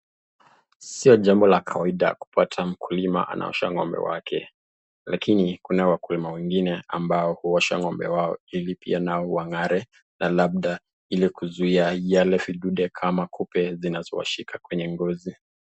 Sio jambo la kawaida kupata mkulima anaosha ng'ombe wake lakini kuna wakulima wengine huosha ng'ombe wao ili pia nao wangare na labda kuzuia yale vidudu kama kupe zinazowashika kwenye ngozi.